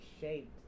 shaped